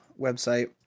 website